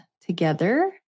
together